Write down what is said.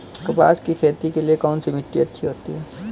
कपास की खेती के लिए कौन सी मिट्टी अच्छी होती है?